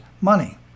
money